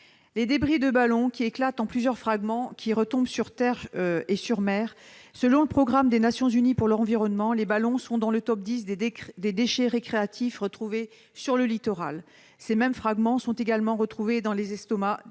Les débris des ballons qui éclatent retombent sur terre et en mer. Selon le Programme des Nations unies pour l'environnement, les débris de ballons sont dans le « top 10 » des déchets récréatifs retrouvés sur le littoral. Leurs fragments sont également retrouvés dans les estomacs